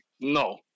no